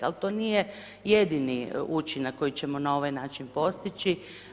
Ali to nije jedini učinak koji ćemo na ovaj način postići.